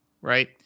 right